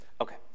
Okay